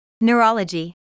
neurology